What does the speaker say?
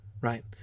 Right